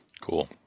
Cool